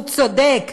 הוא צודק: